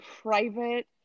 private